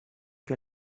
què